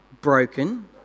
broken